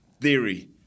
theory